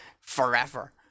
forever